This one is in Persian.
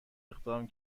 اقدام